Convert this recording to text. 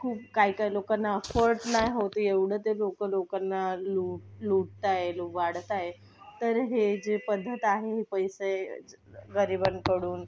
खूप काही काही लोकांना ॲफोर्ड नाही होत एवढं ते लोकं लोकांना लूट लुटत आहे लुबाडत आहे तर हे जे पद्धत आहे हे पैसे गरीबांकडून